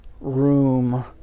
room